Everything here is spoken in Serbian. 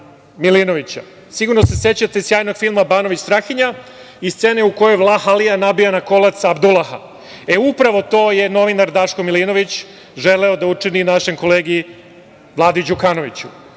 Milinovića. Sigurno se sećate sjajnog filma „Banović Strahinja“ i scene u kojoj Vlah Alija nabija na kolac Abdulaha. Upravo to je novinar Daško Milinović želeo da učini našem kolegi Vladi Đukanoviću.